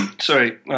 sorry